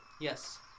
Yes